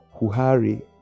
Huhari